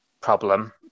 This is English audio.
problem